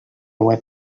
web